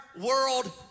World